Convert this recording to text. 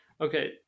Okay